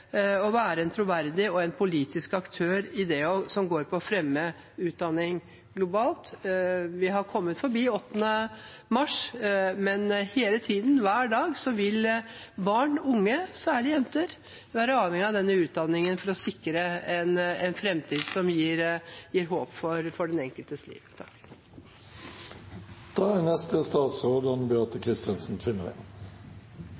en troverdig og politisk aktør i det som går på å fremme utdanning globalt. Vi har kommet forbi 8. mars, men hele tiden, hver dag, vil barn og unge, særlig jenter, være avhengig av denne utdanningen for å sikre en framtid som gir håp for den enkeltes liv. I min verden er